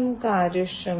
തുടക്കത്തിൽ തന്നെ methane carbon monoxide തുടങ്ങിയ വിഷവാതകങ്ങളുടെ സാന്ദ്രത എത്രയാണെന്ന് നിരീക്ഷിക്കാൻ ഞാൻ കാണിച്ച ഉദാഹരണം